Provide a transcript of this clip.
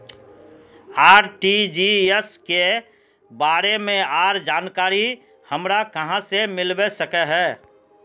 RTGS के बारे में आर जानकारी हमरा कहाँ से मिलबे सके है?